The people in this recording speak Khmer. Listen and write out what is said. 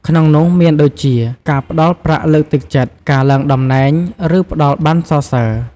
ក្នុងនោះមានដូចជា ការផ្ដល់ប្រាក់លើកទឹកចិត្ត ការឡើងតំណែង ឬ ផ្ដល់ប័ណ្ណសរសើរ។